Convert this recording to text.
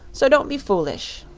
so don't be foolish.